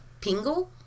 pingle